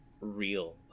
real